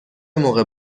موقع